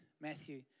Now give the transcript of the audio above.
Matthew